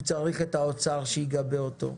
הוא צריך את משרד האוצר שיגבה אותו.